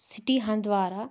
city Handwara